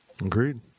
Agreed